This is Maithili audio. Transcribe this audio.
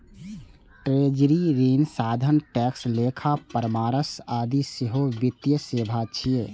ट्रेजरी, ऋण साधन, टैक्स, लेखा परामर्श आदि सेहो वित्तीय सेवा छियै